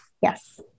Yes